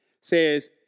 says